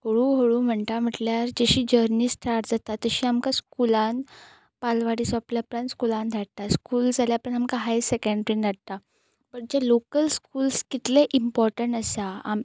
हळू हळू म्हणटा म्हटल्यार जशी जर्नी स्टार्ट जाता तशी आमकां स्कुलान बालवाडी सोंपल्या उपरांत स्कुलान धाडटा स्कूल जाल्या उपरांत आमकां हायर सॅकँड्रीन धाडटा पूण जे लोकल स्कुल्स कितले इम्पॉर्टंट आसा